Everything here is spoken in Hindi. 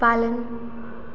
पालन